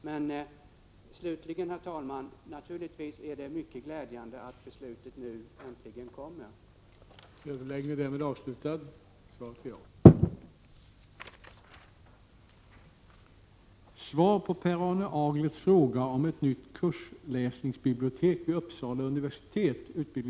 Men slutligen, herr talman, är det naturligtvis mycket glädjande att ett beslut nu äntligen kommer att tas.